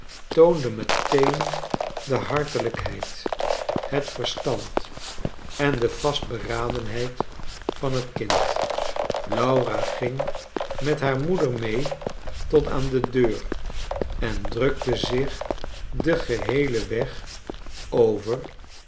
toonde meteen de hartelijkheid het verstand en de vastberadenheid van t kind laura ging met haar moeder mee tot aan de deur en drukte zich den geheelen weg over